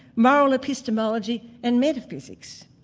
moral epistemology and metaphysics.